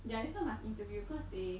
ya this one must interview cause they